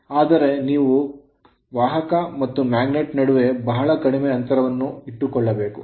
ಆದರೆ ನೀವು ವಾಹಕ ಮತ್ತು magnet ನಡುವೆ ಬಹಳ ಕಡಿಮೆ ಅಂತರವನ್ನು ಇಟ್ಟುಕೊಳ್ಳಬೇಕು